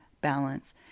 balance